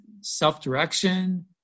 self-direction